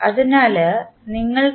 അതിനാൽ നിങ്ങൾക്ക്